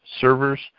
servers